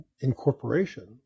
incorporation